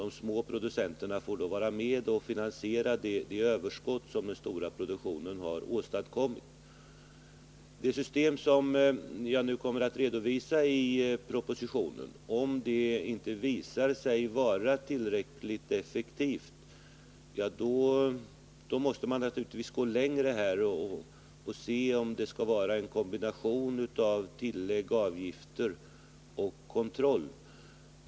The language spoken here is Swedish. De små producenterna får då vara med och finansiera det överskott som den stora produktionen åstadkommit. Om det system som jag nu kommer att redovisa i propositionen inte visar sig vara tillräckligt effektivt, då måste man naturligtvis gå längre och se om det skall vara en kombination av tillägg/avgifter och kontroll.